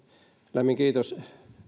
lämmin kiitos